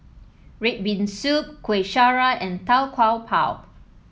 red bean soup Kueh Syara and Tau Kwa Pau